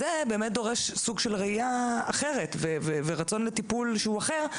זה באמת דורש סוג של ראייה אחרת ורצון לטיפול שהוא אחר.